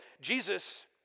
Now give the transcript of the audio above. Jesus